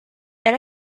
elle